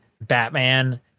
Batman